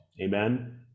amen